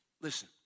Listen